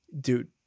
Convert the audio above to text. dude